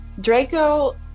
Draco